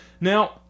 Now